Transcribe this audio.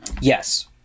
yes